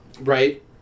Right